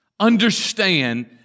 Understand